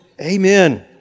Amen